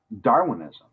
darwinism